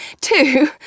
Two